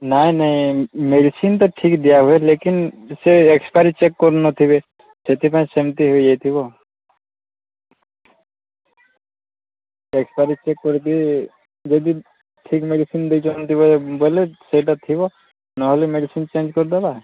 ନାଇଁ ନାଇଁ ମେଡିସିନ ତ ଠିକ ଦିଆ ହୁଅ ଲେକେନ ସେ ଏକ୍ସପାରୀ ଚେକ କରିନଥିବେ ସେଥିପାଇଁ ସେମିତି ଇଏଥିବ ଏକ୍ସପାରୀ ଚେକ କରିକି ଯଦି ଠିକ ମେଡିସିନ ଦେଇଛନ୍ତି ଭାଇ ବୋଲେ ସେଟା ଥିବ ନହେଲେ ମେଡିସିନ ଚେଞ୍ଜ କରିଦେବା